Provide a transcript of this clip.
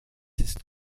ist